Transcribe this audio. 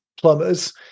plumbers